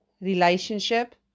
relationship